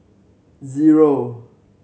zero